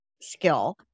skill